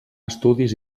estudis